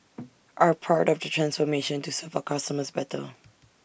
are part of the transformation to serve our customers better